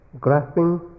grasping